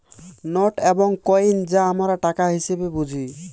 note এবং coin যা আমরা টাকা হিসেবে বুঝি